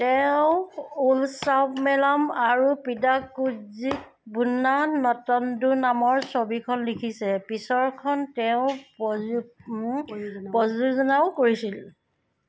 তেওঁ উলছাৱমেলাম আৰু পিডাককোঝিক ভুন্না নুটণ্ডু নামৰ ছবিখন লিখিছে পিছৰখন তেওঁৰ পযো প্ৰযোজনাও কৰিছিল